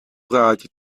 praatje